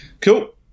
cool